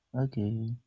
Okay